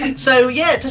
and so, yeah,